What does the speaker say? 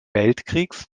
weltkriegs